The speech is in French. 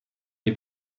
les